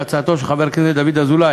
והצעתם של חברי הכנסת דוד אזולאי,